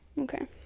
Okay